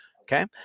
okay